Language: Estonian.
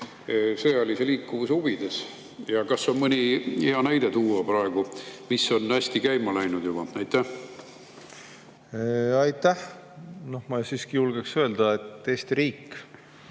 sõjalise liikuvuse huvides? Ja kas on mõni hea näide tuua praegu, mis on juba hästi käima läinud? Aitäh! Ma siiski julgeks öelda, et Eesti riik